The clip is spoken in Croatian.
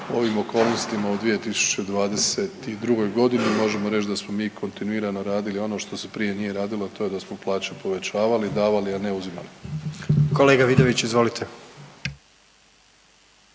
ovim okolnostima u 2022. g., možemo reći da smo mi kontinuirano radili ono što se prije nije radilo, a to je da smo plaće povećavali, davali, a ne uzimali. **Jandroković, Gordan